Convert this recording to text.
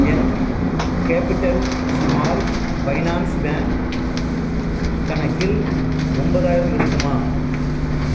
என் capital small finance bank கணக்கில் ஒன்பதாயிரம் இருக்குமா